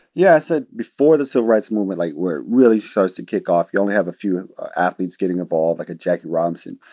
yes, before the civil rights movement, like, where it really shows to kick off, you only have a few athletes getting involved, like a jackie robinson.